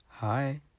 Hi